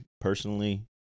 personally